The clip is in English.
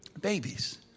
Babies